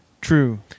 True